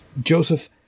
Joseph